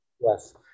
yes